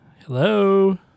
Hello